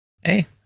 Hey